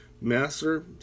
Master